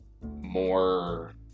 more